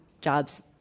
jobs